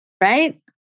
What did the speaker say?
Right